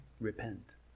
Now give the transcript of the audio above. Repent